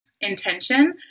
intention